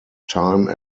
time